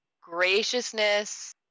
graciousness